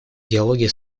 диалоге